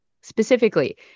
specifically